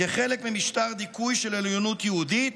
כחלק ממשטר דיכוי של עליונות יהודית,